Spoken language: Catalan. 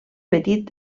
petit